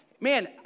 man